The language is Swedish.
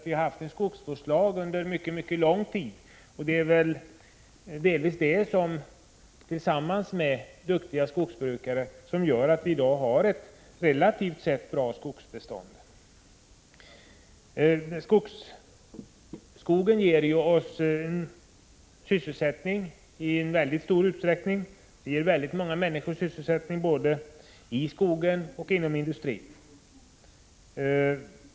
Vi har under mycket lång tid haft en skogsvårdslag, och det är denna, tillsammans med duktiga skogsbrukare, som gör att vi i dag har ett relativt sett bra skogsbestånd. Skogen ger väldigt många människor sysselsättning, både inom skogsbruket och inom skogsindustrin.